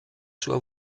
sua